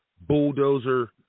bulldozer